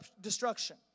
destruction